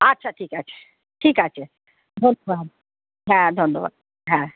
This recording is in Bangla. আচ্ছা ঠিক আছে ঠিক আচে ধন্যবাদ হ্যাঁ ধন্যবাদ হ্যাঁ